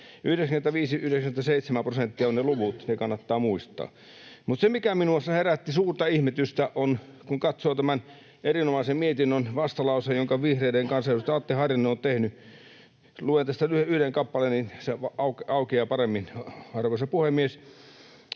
ja 97 prosenttia ovat ne luvut, ne kannattaa muistaa. Se, mikä minussa herätti suurta ihmetystä, on, kun katsoo tämän erinomaisen mietinnön vastalauseen, jonka vihreiden kansanedustaja Atte Harjanne on tehnyt. Luen tästä nyt yhden kappaleen, niin se aukeaa paremmin, arvoisa puhemies: